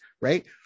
right